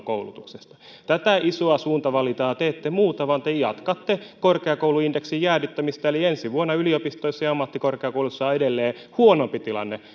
koulutuksesta tätä isoa suuntavalintaa te ette muuta vaan te jatkatte korkeakouluindeksin jäädyttämistä eli ensi vuonna yliopistoissa ja ammattikorkeakouluissa on edelleen huonompi tilanne